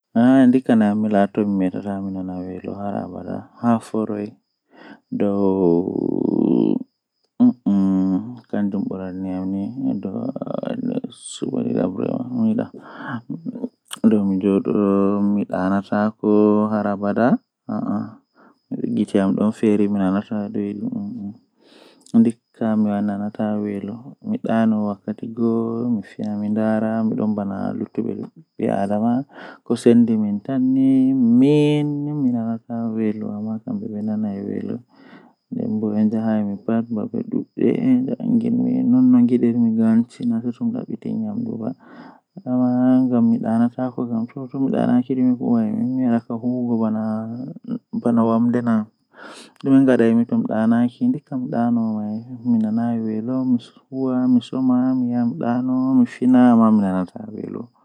Ndikkinami mi wona haa ailan feere am ngam wawan tomi wadi sa'a mi tokki laabiiji mi munyi mi yari bone mi wawan mi hisa egaa bawo nden tomi hisi bo woodi kubaruuji duddi jei mi yeccata himbe mi hokka be habaru, Amma nganyo am tomidon wondi be maako mi wadan no o wattafu o laara o nawna mi malla o mbarami.